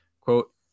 Quote